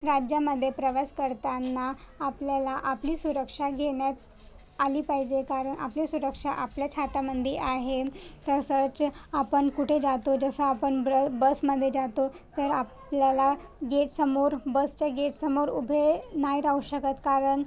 राज्यामध्ये प्रवास करताना आपल्याला आपली सुरक्षा घेण्यात आली पाहिजे कारण आपली सुरक्षा आपल्याच हातामध्ये आहे तसंच आपण कुठे जातो जसं आपण ब्र बसमध्ये जातो तर आपल्याला गेटसमोर बसच्या गेटसमोर उभे नाही राहू शकत कारण